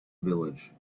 village